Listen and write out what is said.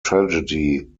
tragedy